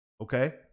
okay